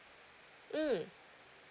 mm